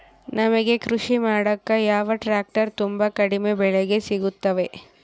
ನಮಗೆ ಕೃಷಿ ಮಾಡಾಕ ಯಾವ ಟ್ರ್ಯಾಕ್ಟರ್ ತುಂಬಾ ಕಡಿಮೆ ಬೆಲೆಗೆ ಸಿಗುತ್ತವೆ?